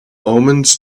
omens